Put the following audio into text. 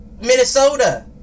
Minnesota